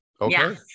Okay